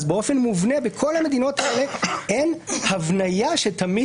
באופן מובנה בכל המדינות האלה אין הבניה שתמיד